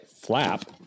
flap